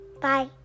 Bye